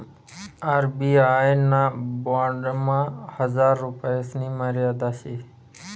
RBI ना बॉन्डमा हजार रुपयासनी मर्यादा शे